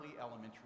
elementary